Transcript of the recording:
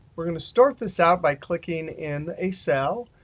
we're going to start this out by clicking in a cell,